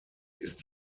ist